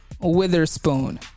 witherspoon